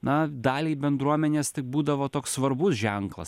na daliai bendruomenės tai būdavo toks svarbus ženklas